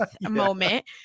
moment